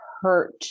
hurt